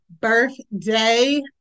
birthday